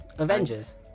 Avengers